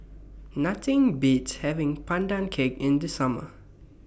Nothing Beats having Pandan Cake in The Summer